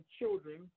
children